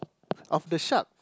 of the shark